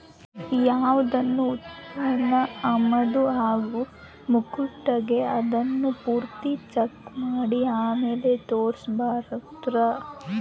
ಯಾವ್ದನ ಉತ್ಪನ್ನ ಆಮದು ಆಗೋ ಮುಂಕಟಿಗೆ ಅದುನ್ನ ಪೂರ್ತಿ ಚೆಕ್ ಮಾಡಿ ಆಮೇಲ್ ತರಿಸ್ಕೆಂಬ್ತಾರ